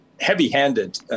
heavy-handed